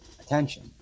attention